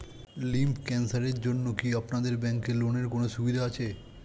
Lymph ক্যানসারের জন্য কি আপনাদের ব্যঙ্কে লোনের কোনও সুবিধা আছে?